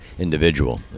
individual